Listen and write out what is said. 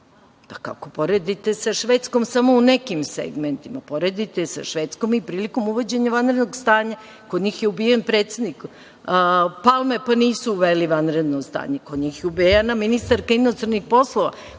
Pa, kako poredite sa Švedskom samo u nekim segmentima, poredite je sa Švedskom i prilikom uvođenja vanrednog stanja. Kod njih je ubijen predsednik Palme, pa nisu uveli vanredno stanje. Kod njih je ubijena ministarka inostranih poslova,